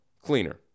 cleaner